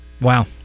wow